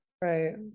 Right